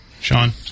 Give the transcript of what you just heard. Sean